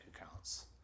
accounts